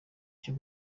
cyo